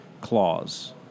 clause